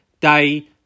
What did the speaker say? day